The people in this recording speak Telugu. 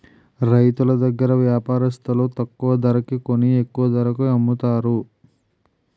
రైతులు దగ్గర వ్యాపారస్తులు తక్కువ ధరకి కొని ఎక్కువ ధరకు అమ్ముతారు